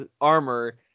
armor